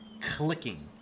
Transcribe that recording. clicking